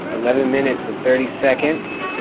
eleven minutes and thirty seconds.